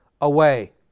away